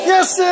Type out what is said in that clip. Yes